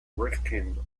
rifkind